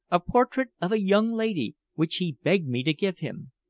a portrait of a young lady, which he begged me to give him.